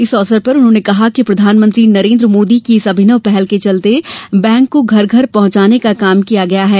इस अवसर पर उन्होंने कहा कि प्रधानमंत्री नरेन्द्र मोदी की इस अभिनव पहल के चलते बैंक को घर घर पहुंचाने का काम किया है